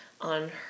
on